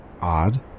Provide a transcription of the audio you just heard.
odd